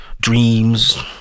dreams